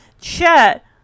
Chet